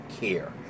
care